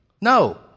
No